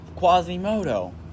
Quasimodo